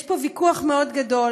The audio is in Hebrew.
יש פה ויכוח מאוד גדול